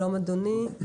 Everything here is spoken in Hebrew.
שלום אדוני.